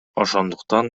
ошондуктан